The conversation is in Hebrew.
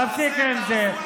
תפסיק עם זה.